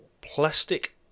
plastic